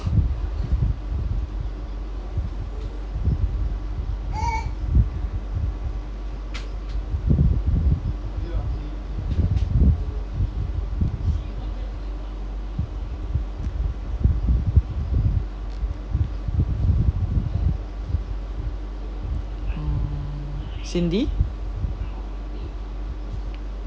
mm cindy